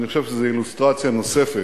אני חושב שזאת אילוסטרציה נוספת